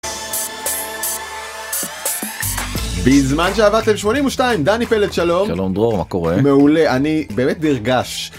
בזמן שעבדתם 82 דני פלד שלום שלום דרור מה קורה אני באמת נרגש